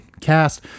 cast